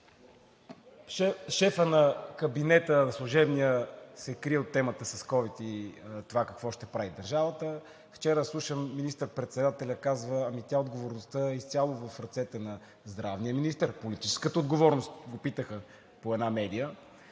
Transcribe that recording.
Шефът на служебния кабинет се крие от темата с ковид и това какво ще прави държавата. Вчера слушам министър-председателят да казва: отговорността е изцяло в ръцете на здравния министър. Политическата отговорност. Попитаха по една медия.